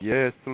Yes